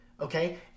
okay